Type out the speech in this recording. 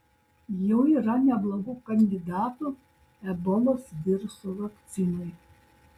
jau yra neblogų kandidatų ebolos viruso vakcinai